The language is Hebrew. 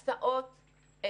הסעות.